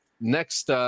Next